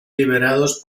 liberados